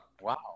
Wow